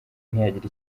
ntiyagira